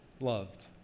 Loved